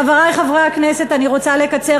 חברי חברי הכנסת, אני רוצה לקצר.